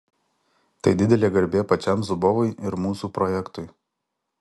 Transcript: tai didelė garbė pačiam zubovui ir mūsų projektui